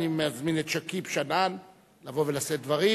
אני מזמין את שכיב שנאן לבוא ולשאת דברים,